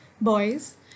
boys